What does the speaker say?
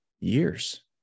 years